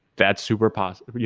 that super positive.